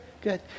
Good